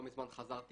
לא מזמן חזרתי